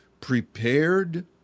prepared